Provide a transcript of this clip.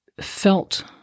felt